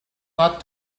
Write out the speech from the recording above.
not